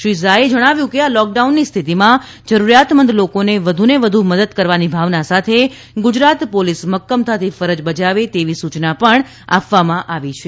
શ્રી ઝાએ જણાવ્યું હતું કે આ લોકડાઉનની સ્થિતિમાં જરૂરિયાતમંદ લોકોને વધુને વધુ મદદ કરવાની ભાવના સાથે ગુજરાત પોલીસ મક્કમતાથી ફરજ બજાવે તેવી સૂચના પણ આપવામાં આવી છે